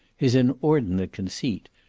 his inordinate conceit,